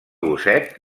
gosset